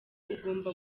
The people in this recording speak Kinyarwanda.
ugomba